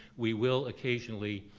we will occasionally